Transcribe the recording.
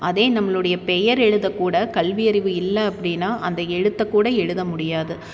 அதே நம்மளுடைய பெயர் எழுதக்கூட கல்வி அறிவு இல்லை அப்படினா அந்த எழுத்தக்கூட எழுத முடியாது